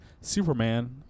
Superman